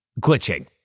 glitching